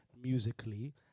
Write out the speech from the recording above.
musically